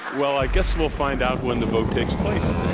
well, i guess we'll find out when the vote takes place.